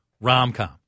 rom-com